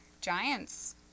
giants